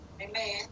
Amen